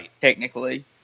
technically